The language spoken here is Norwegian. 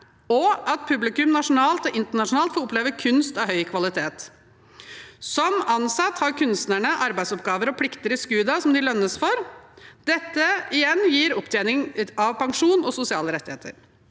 og at publikum nasjonalt og internasjonalt får oppleve kunst av høy kvalitet. Som ansatte har kunstnerne arbeidsoppgaver og plikter i SKUDA som de lønnes for. Dette gir igjen opptjening av pensjon og sosiale rettigheter.